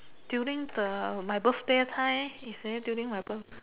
during the my birthday time is that during my birth~